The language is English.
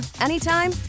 anytime